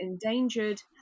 endangered